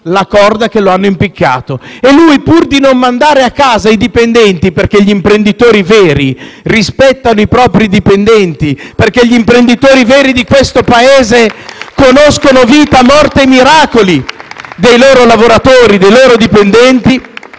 la corda che lo hanno impiccato. E lui, pur di non mandare a casa i dipendenti - perché gli imprenditori veri rispettano i propri dipendenti, perché gli imprenditori veri di questo Paese conoscono vita, morte e miracoli dei loro lavoratori e dipendenti